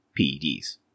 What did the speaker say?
PEDs